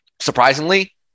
Surprisingly